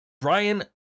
Brian